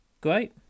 Great